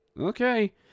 Okay